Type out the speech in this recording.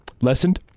lessened